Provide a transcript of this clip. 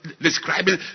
describing